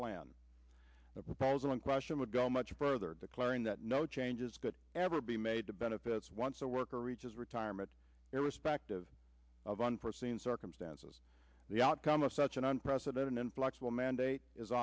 plan the proposal in question would go much further declaring that no changes could ever be made to benefits once a worker or retirement irrespective of unforeseen circumstances the outcome of such an unprecedented and flexible mandate is